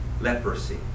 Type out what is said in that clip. leprosy